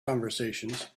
conversations